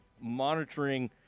monitoring –